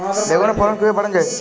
বেগুনের ফলন কিভাবে বাড়ানো যায়?